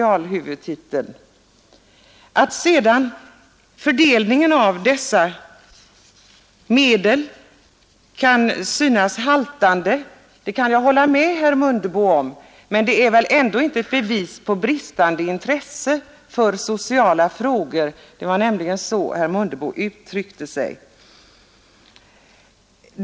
Att sedan fördelningen av dessa medel kan synas haltande kan jag hålla med herr Mundebo om, men det är väl ändå inte ett bevis på bristande intresse för sociala frågor.